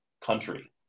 country